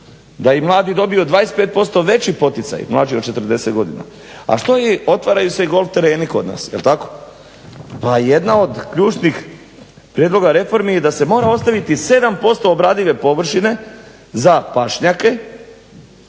da i mladi dobiju od 25% veći poticaj, mlađi od 40 godina, a što je, i otvaraju se i golf tereni kod nas, jel tako? Pa jedna od ključnih prijedloga reformi je da se mora ostaviti 7% obradive površine za pašnjake,